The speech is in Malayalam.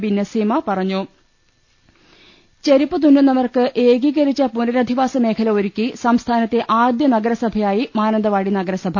ബി നസീമ പറഞ്ഞു ചെരുപ്പ് തുന്നുന്നവർക്ക് ഏകീകരിച്ച പുനരധിവാസ മേഖല ഒരുക്കി സംസ്ഥാനത്തെ ആദ്യ നഗരസഭയായി മാനന്തവാടി നഗരസഭ